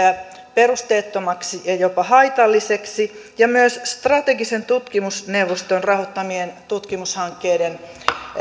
perusteettomaksi ja ja jopa haitalliseksi ja myös strategisen tutkimuksen neuvoston rahoittamien tutkimushankkeiden